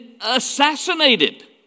assassinated